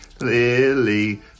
Lily